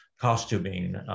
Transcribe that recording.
costuming